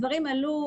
הדברים עלו.